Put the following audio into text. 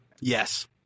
Yes